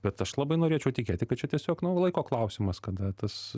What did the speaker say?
bet aš labai norėčiau tikėti kad čia tiesiog nu laiko klausimas kada tas